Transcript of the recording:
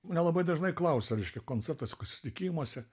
mane labai dažnai klausia reiškia koncertuose kokiuose susitikimuose